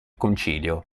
concilio